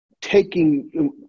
taking